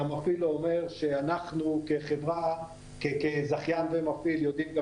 והמפעיל אומר שאנחנו כזכיין וכמפעיל יודעים גם